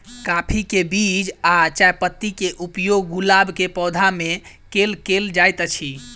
काफी केँ बीज आ चायपत्ती केँ उपयोग गुलाब केँ पौधा मे केल केल जाइत अछि?